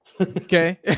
Okay